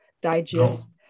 Digest